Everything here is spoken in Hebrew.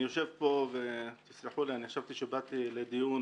אני יושב פה, ותסלחו לי, חשבתי שבאתי לדיון